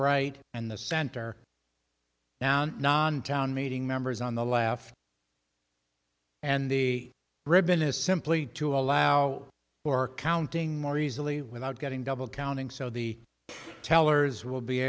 right and the center now non town meeting members on the left and the ribbon is simply to allow for counting more easily without getting double counting so the tellers will be